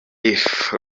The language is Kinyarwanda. earth